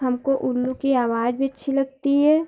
हमको उल्लू की आवाज़ भी अच्छी लगती है